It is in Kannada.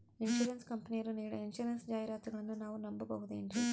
ಇನ್ಸೂರೆನ್ಸ್ ಕಂಪನಿಯರು ನೀಡೋ ಇನ್ಸೂರೆನ್ಸ್ ಜಾಹಿರಾತುಗಳನ್ನು ನಾವು ನಂಬಹುದೇನ್ರಿ?